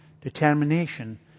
determination